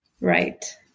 Right